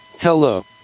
Hello